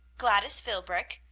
gladys philbrick,